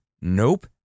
Nope